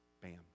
bam